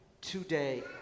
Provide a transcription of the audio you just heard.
today